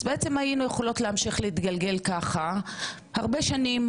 אז בעצם היינו יכולות להמשיך להתגלגל ככה הרבה שנים,